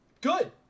Good